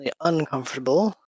uncomfortable